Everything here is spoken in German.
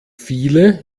viele